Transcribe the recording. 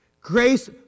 Grace